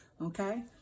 okay